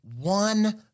one